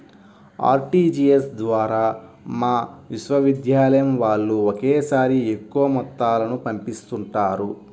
RTGS ద్వారా మా విశ్వవిద్యాలయం వాళ్ళు ఒకేసారిగా ఎక్కువ మొత్తాలను పంపిస్తుంటారు